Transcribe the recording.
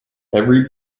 every